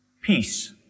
peace